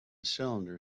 cylinder